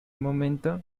momento